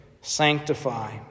sanctify